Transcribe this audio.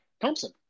Thompson